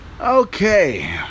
Okay